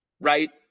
right